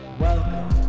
welcome